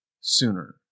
sooner